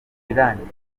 irangiye